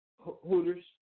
Hooters